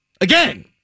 Again